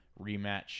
rematch